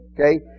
Okay